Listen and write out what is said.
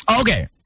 Okay